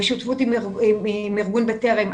בשותפות עם ארגון בטרם.